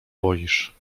boisz